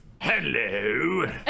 Hello